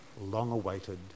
long-awaited